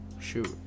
shoot